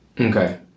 Okay